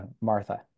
Martha